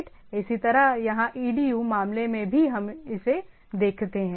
इसी तरह यहाँ edu मामले में भी हम इसे देखते हैं